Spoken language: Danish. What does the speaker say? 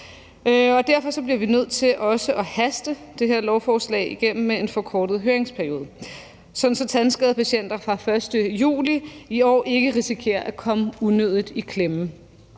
Derfor bliver vi nødt til også at haste det her lovforslag igennem med en forkortet høringsperiode, sådan at tandskadepatienter fra den 1. juli i år ikke risikerer at komme unødigt i klemme.